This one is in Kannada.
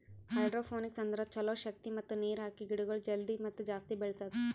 ಹೈಡ್ರೋಪೋನಿಕ್ಸ್ ಅಂದುರ್ ಛಲೋ ಶಕ್ತಿ ಮತ್ತ ನೀರ್ ಹಾಕಿ ಗಿಡಗೊಳ್ ಜಲ್ದಿ ಮತ್ತ ಜಾಸ್ತಿ ಬೆಳೆಸದು